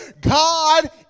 god